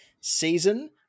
season